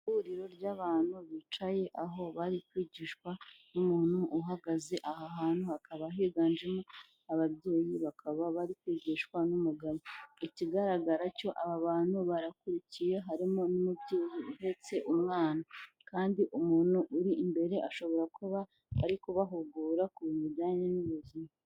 Ihuriro ry'abantu bicaye aho bari kwigishwa n'umuntu uhagaze, aha hantu hakaba higanjemo ababyeyi bakaba bari kwigishwa n'umugabo, ikigaragara cyo aba bantu barakurikiye harimo n'umubyeyi uhetse umwana kandi umuntu uri imbere ashobora kuba ari kubahugura ku bintu bijyanye n'ubuzima.